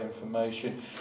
information